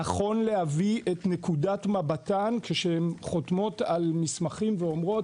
נכון להביא את נקודת מבטן כשהן חותמות על מסמכים ואומרות: